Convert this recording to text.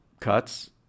cuts